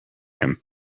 him